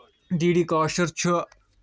D D Kashur چھُ